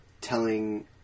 telling